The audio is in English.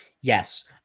Yes